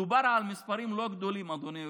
מדובר על מספרים לא גדולים, אדוני היושב-ראש.